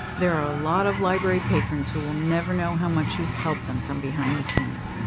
there are a lot of library patrons who will never know how much you've helped them from behind the scenes.